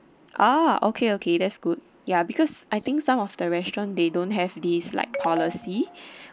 ah okay okay that's good ya because I think some of the restaurant they don't have this like policy